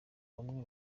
bamwe